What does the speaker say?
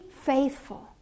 faithful